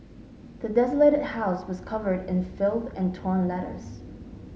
the desolated house was covered in filth and torn letters